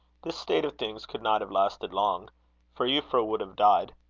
this state of things could not have lasted long for euphra would have died.